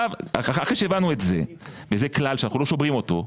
אחרי שהבנו את זה וזה כלל שאנחנו לא שוברים אותו,